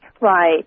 Right